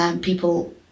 People